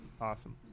Awesome